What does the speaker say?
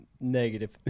Negative